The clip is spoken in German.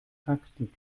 taktik